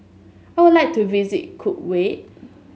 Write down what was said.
I would like to visit Kuwait